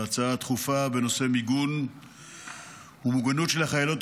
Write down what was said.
ההצעה הדחופה בנושא מיגון ומוגנות של החיילות